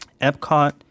Epcot